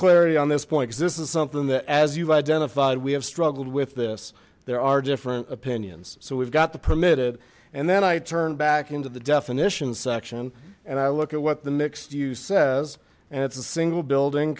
clarity on this point because this is something that as you've identified we have struggled with this there are different opinions so we've got the permitted and then i turn back into the definitions section and i look at what the mixed you says and it's a single building